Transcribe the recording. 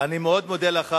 אני מאוד מודה לך,